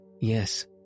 Yes